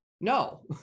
No